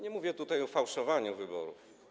Nie mówię tutaj o fałszowaniu wyborów.